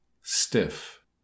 Stiff